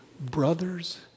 brothers